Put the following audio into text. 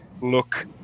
look